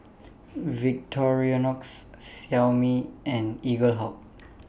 Victorinox Xiaomi and Eaglehawk